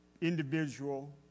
individual